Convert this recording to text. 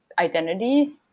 identity